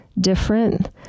different